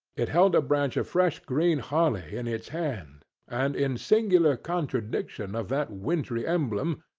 it held a branch of fresh green holly in its hand and, in singular contradiction of that wintry emblem,